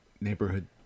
neighborhood